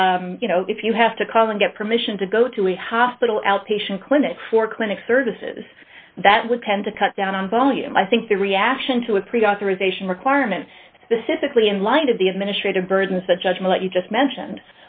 work if you have to call and get permission to go to a hospital outpatient clinic for clinic services that would tend to cut down on volume i think the reaction to a pre authorization requirement specifically in light of the administrative burdens the judgment you just mentioned